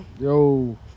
Yo